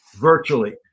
virtually